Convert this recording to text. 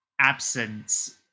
absence